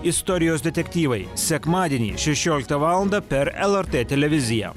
istorijos detektyvai sekmadienį šešioliktą valandą per lrt televiziją